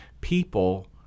people